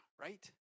right